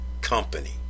company